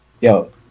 yo